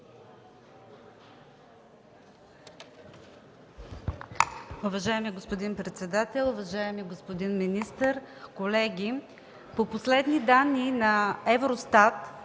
Уважаеми господин председател, уважаеми господин министър, колеги! По последни данни на Евростат